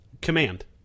Command